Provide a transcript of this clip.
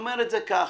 אומר את זה כך.